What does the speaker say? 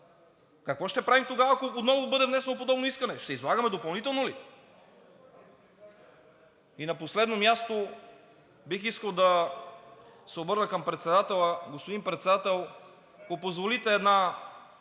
Какво ще правим тогава, ако отново бъде внесено подобно искане, ще се излагаме допълнително ли? И на последно място, бих искал да се обърна към председателя. Господин Председател, ако позволите, една